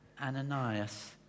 Ananias